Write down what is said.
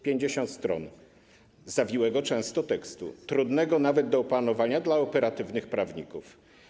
50 stron zawiłego często tekstu, trudnego nawet do opanowania dla operatywnych prawników.